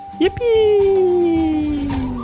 Yippee